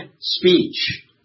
speech